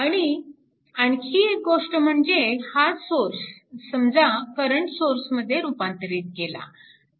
आणि आणखी एक गोष्ट म्हणजे हा सोर्स समजा करंट सोर्समध्ये रूपांतरित केला